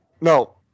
No